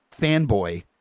fanboy